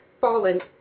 fallen